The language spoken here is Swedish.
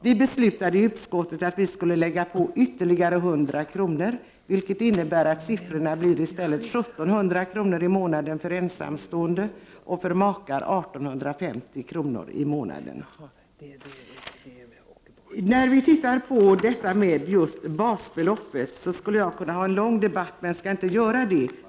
Vi beslutade då i utskottet att man skulle lägga på ytterligare 100 kr., vilket innebär att det blev 1700 kr. i månaden för ensamstående och 1850 kr. i månaden för makar. Om basbeloppet skulle jag kunna föra en lång debatt, men jag skall inte göra det nu.